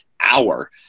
hour